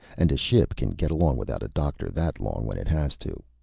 and a ship can get along without a doctor that long when it has to.